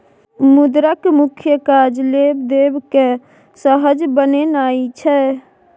मुद्राक मुख्य काज लेब देब केँ सहज बनेनाइ छै